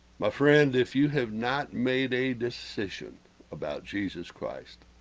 my friend if you have, not made a decision about jesus christ